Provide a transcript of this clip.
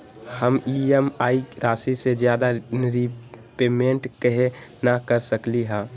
हम ई.एम.आई राशि से ज्यादा रीपेमेंट कहे न कर सकलि ह?